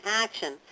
action